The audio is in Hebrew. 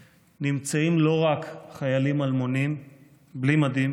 נמצאים לא רק חיילים אלמונים בלי מדים